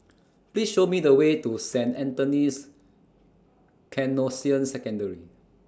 Please Show Me The Way to Saint Anthony's Canossian Secondary